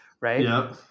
Right